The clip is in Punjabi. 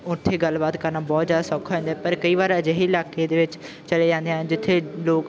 ਉੱਥੇ ਗੱਲਬਾਤ ਕਰਨਾ ਬਹੁਤ ਜ਼ਿਆਦਾ ਸੌਖਾ ਹੋ ਜਾਂਦਾ ਪਰ ਕਈ ਵਾਰ ਅਜਿਹੇ ਇਲਾਕੇ ਦੇ ਵਿੱਚ ਚਲੇ ਜਾਂਦੇ ਹਾਂ ਜਿੱਥੇ ਲੋਕ